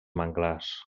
manglars